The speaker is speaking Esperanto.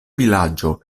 vilaĝo